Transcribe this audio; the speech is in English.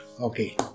okay